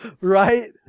right